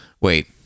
Wait